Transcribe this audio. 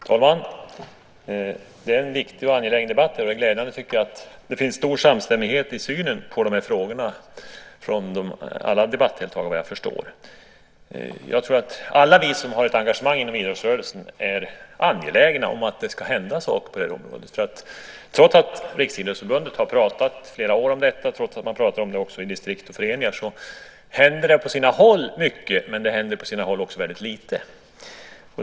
Fru talman! Detta är en viktig och angelägen debatt. Jag tycker att det är glädjande att det finns stor samstämmighet i synen på de här frågorna hos alla debattdeltagare. Jag tror att alla vi som har ett engagemang inom idrottsrörelsen är angelägna om att det ska hända saker på det här området. Trots att Riksidrottsförbundet har pratat om detta i flera år och trots att man också pratar om det i distrikt och föreningar händer det på sina håll väldigt lite, även om det på sina håll händer mycket.